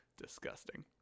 Disgusting